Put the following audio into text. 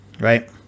right